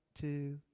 two